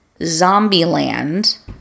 Zombieland